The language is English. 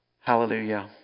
Hallelujah